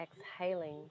exhaling